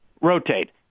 rotate